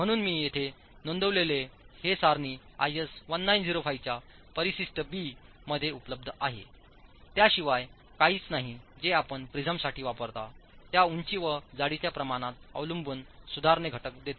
म्हणून मी येथे नोंदवलेली हे सारणी आयएस 1905 च्या परिशिष्ट बी मध्ये उपलब्ध आहे त्याशिवाय काहीच नाही जे आपण प्रिझमसाठीच वापरता त्या उंची व जाडीच्या प्रमाणात अवलंबून सुधारणे घटक देते